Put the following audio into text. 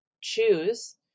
choose